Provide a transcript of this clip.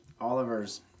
Oliver's